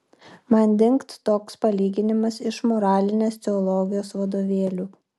man dingt toks palyginimas iš moralinės teologijos vadovėlių